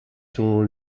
selon